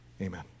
Amen